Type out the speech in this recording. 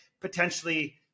potentially